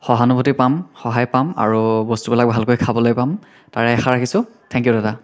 সহানুভূতি পাম সহায় পাম আৰু বস্তুবিলাক ভালকৈ খাবলৈ পাম তাৰে আশা ৰাখিছোঁ থেংক ইউ দাদা